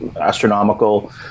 astronomical